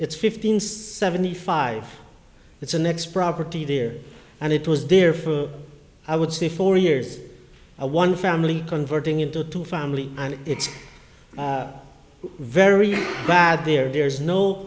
it's fifty seventy five it's an x property there and it was there for i would say for years a one family converting into a two family and it's very bad there there's no